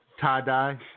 Tie-dye